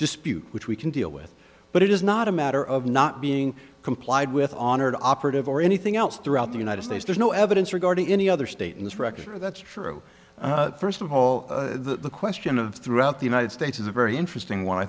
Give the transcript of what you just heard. dispute which we can deal with but it is not a matter of not being complied with on or operative or anything else throughout the united states there's no evidence regarding any other state in this record that's true first of all the question of throughout the united states is a very interesting one i